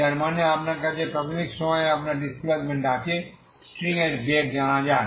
যার মানে আপনার কাছে প্রাথমিক সময়ে আপনার ডিসপ্লেসমেন্ট আছে এবং স্ট্রিং এর বেগ জানা যায়